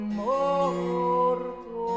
morto